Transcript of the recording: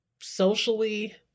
socially